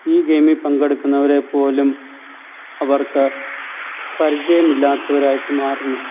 ഈ ഗെയിമിൽ പങ്കെടുക്കുന്നവരെ പോലും അവർക്ക് പരിചയമില്ലാത്തവരായിട്ട് മാറുന്നു